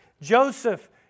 Joseph